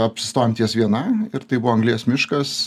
apsistojom ties viena ir tai buvo anglies miškas